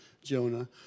Jonah